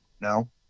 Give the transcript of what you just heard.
no